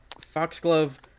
Foxglove